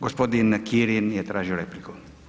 Gospodin Kirin je tražio repliku.